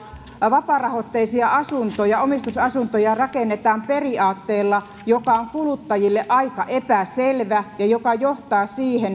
vapaarahoitteisia omistusasuntoja rakennetaan periaatteella joka on kuluttajille aika epäselvä ja joka johtaa siihen